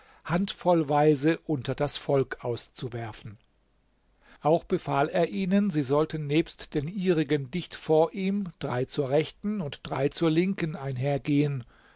handvollweise unter das volk auszuwerfen auch befahl er ihnen sie sollten nebst den ihrigen dicht vor ihm drei zur rechten und drei zur linken einhergehen